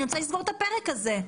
אני רוצה לסגור את הפרק הזה.